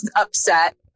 upset